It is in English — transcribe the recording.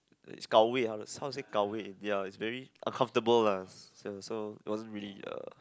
it's gao wei how to how to say gao wei ya it's very uncomfortable lah so it wasn't really a